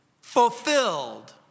Fulfilled